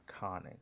iconic